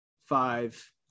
five